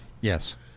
Yes